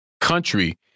country